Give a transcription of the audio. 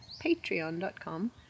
patreon.com